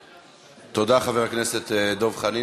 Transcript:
תודה, חבר הכנסת דב חנין.